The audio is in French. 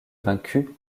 vaincue